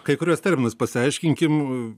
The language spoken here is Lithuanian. kai kuriuos terminus pasiaiškinkim